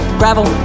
gravel